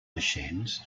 machines